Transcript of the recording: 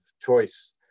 choice